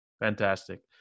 Fantastic